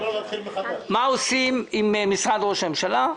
מה עושים עם משרד ראש הממשלה,